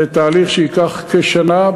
זה תהליך שייקח כשנה.